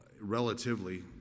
relatively